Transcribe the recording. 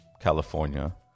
California